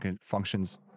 functions